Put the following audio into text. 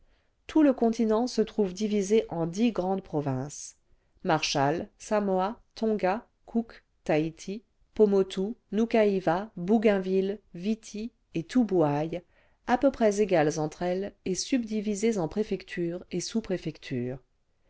tout le continent se trouve divisé en dix grandes provinces marshall samoa tonga cook taïti pomotou jstoukahiva bougainville yiti et toubouaï à peu près égales entre elles et subdivisées en préfectures et sous préfectures